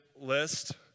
list